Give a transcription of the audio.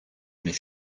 mais